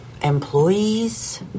employees